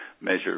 measure